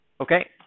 Okay